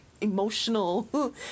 emotional